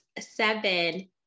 Seven